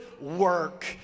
work